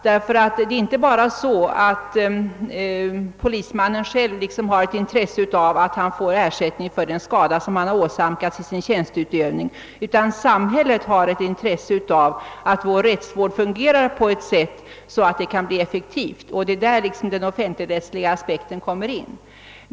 Det är nämligen inte bara så att polismannen själv har intresse av att han får ersättning för den skada han har åsamkats i sin tjänsteutövning, utan samhället har intresse av att vår rättsvård fungerar på ett sådant sätt att den kan bli effektiv, och det är där den offentligrättsliga aspekten kommer in i bilden.